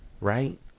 right